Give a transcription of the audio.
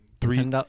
three